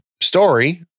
story